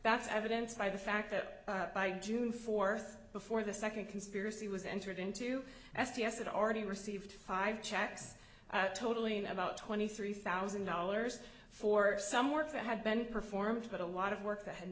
that's evident by the fact that by june fourth before the second conspiracy was entered into s t s it already received five checks totaling about twenty three thousand dollars for some work that had been performed but a lot of work that had